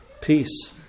peace